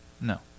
No